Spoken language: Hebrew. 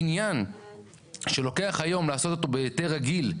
בניין שלוקח היום לעשות אותו בהיתר רגיל,